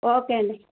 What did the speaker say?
okay అండి